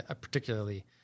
particularly